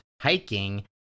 hiking